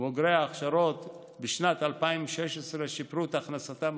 ובוגרי ההכשרות בשנת 2016 שיפרו את הכנסתם